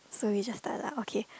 so we just start lah okay